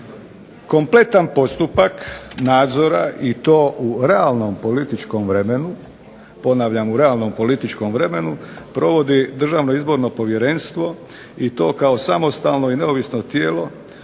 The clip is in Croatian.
Kompletan postupak nadzora i to u realnom političkom vremenu, ponavljam u realnom političkom vremenu provodi Državno izborno povjerenstvo i to kao samostalno i neovisno tijelo